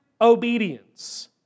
obedience